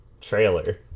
trailer